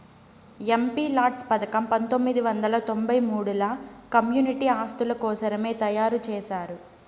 MPLADS పథకం పంతొమ్మిది వందల తొంబై మూడుల కమ్యూనిటీ ఆస్తుల కోసరమే తయారు చేశారు